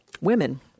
women